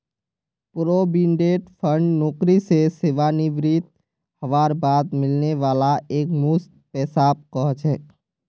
provident fund नौकरी स सेवानृवित हबार बाद मिलने वाला एकमुश्त पैसाक कह छेक